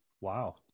wow